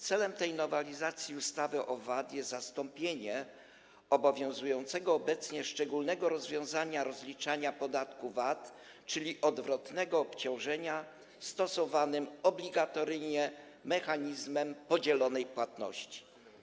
Celem nowelizacji ustawy o VAT jest zastąpienie obowiązującego obecnie szczególnego rozwiązania rozliczania podatku VAT, czyli odwrotnego obciążenia, stosowanym obligatoryjnie mechanizmem podzielonej płatności.